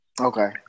Okay